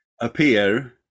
appear